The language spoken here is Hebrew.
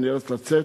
אני נאלץ לצאת,